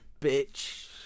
Bitch